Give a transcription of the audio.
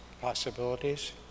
possibilities